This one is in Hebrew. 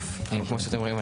כמו שאתם רואים,